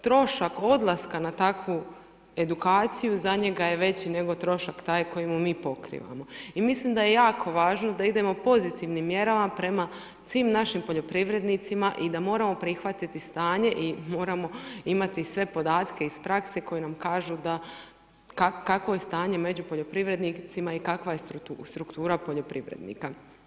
Trošak odlaska na takvu edukaciju za njega veći nego trošak taj koji mu mi pokrivamo i mislim da je jako važno da idemo pozitivnim mjerama prema svim našim poljoprivrednicima i da moramo prihvatiti stanje i moramo imati sve podatke iz prakse koji nam kažu kakvo je stanje među poljoprivrednicima i kakva je struktura poljoprivrednika.